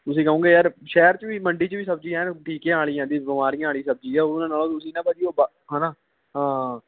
ਤੁਸੀਂ ਕਹੋਗੇ ਯਾਰ ਸ਼ਹਿਰ 'ਚ ਵੀ ਮੰਡੀ 'ਚ ਵੀ ਸਬਜ਼ੀ ਐਨ ਟੀਕਿਆਂ ਵਾਲੀ ਆਉਂਦੀ ਬਿਮਾਰੀਆਂ ਵਾਲੀ ਸਬਜ਼ੀ ਆ ਉਹਨਾਂ ਨਾਲੋਂ ਤੁਸੀਂ ਨਾ ਭਾਅ ਜੀ ਉਹ ਵਾ ਹੈ ਨਾ ਹਾਂ